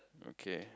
okay